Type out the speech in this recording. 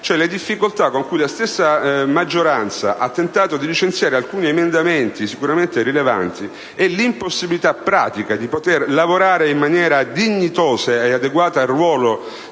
alle difficoltà con cui la stessa maggioranza ha tentato di licenziare alcuni emendamenti, sicuramente rilevanti, e all'impossibilità pratica di poter lavorare in maniera dignitosa e adeguata al ruolo